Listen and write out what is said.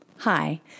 Hi